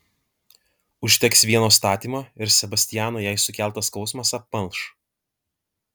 užteks vieno statymo ir sebastiano jai sukeltas skausmas apmalš